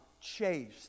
chased